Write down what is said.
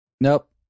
Nope